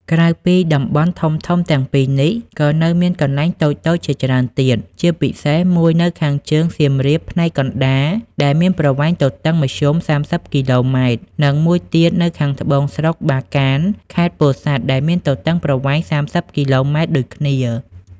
ក្រៅពីតំបន់ធំៗទាំងពីរនេះ ក៏នៅមានកន្លែងតូចៗជាច្រើនទៀត ជាពិសេសមួយនៅខាងជើង សៀមរាបផ្នែកកណ្ដាល ដែលមានប្រវែងទទឹងមធ្យម ៣០ គីឡូម៉ែត្រ និងមួយទៀតនៅខាងត្បូង ស្រុកបាកាន ខេត្តពោធិ៍សាត់ ដែលមានទទឹងប្រវែង ៣០ គីឡូម៉ែត្រដូចគ្នា។